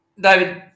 David